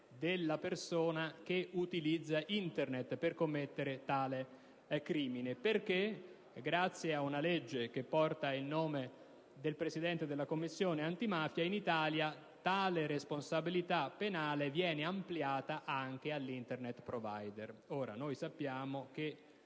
della persona che utilizza Internet per commettere tale crimine. Infatti, grazie ad una legge che porta il nome del Presidente della Commissione antimafia, in Italia tale responsabilità penale viene ampliata anche all'Internet *provider.* Sappiamo che